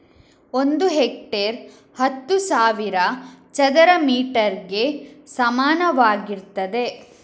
ಒಂದು ಹೆಕ್ಟೇರ್ ಹತ್ತು ಸಾವಿರ ಚದರ ಮೀಟರ್ ಗೆ ಸಮಾನವಾಗಿರ್ತದೆ